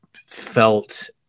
felt